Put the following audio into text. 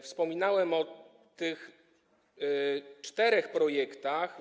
Wspominałem o tych czterech projektach.